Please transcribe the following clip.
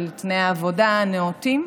של תנאי עבודה נאותים.